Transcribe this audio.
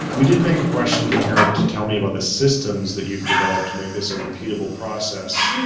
and we did make a question here to tell me about the systems that you've developed to make this a repeatable process.